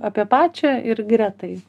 apie pačią ir gretai